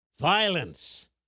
violence